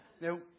Now